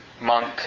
monk